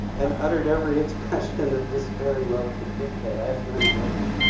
and uttered every expression that despairing love could dictate. i asked my undergraduates,